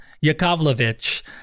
Yakovlevich